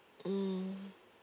mm